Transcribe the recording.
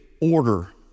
order